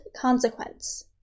consequence